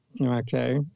Okay